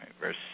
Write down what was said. verse